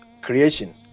creation